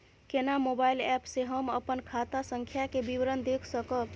केना mobile app से हम अपन खाता संख्या के विवरण देख सकब?